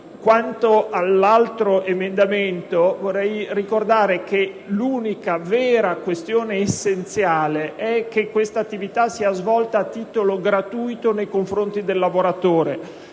quanto riguarda l'emendamento 28-*ter*.205, vorrei ricordare che l'unica vera questione essenziale è che questa attività sia svolta a titolo gratuito nei confronti del lavoratore.